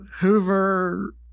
Hoover